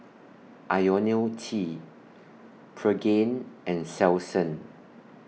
Ionil T Pregain and Selsun